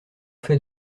fait